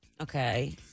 Okay